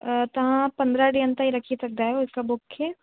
तव्हां पंदरहां ॾींहनि ताईं रखी सघंदा आहियो हिकु बुक खे